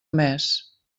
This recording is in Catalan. mes